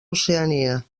oceania